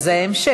אבל זה ההמשך.